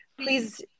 please